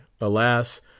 alas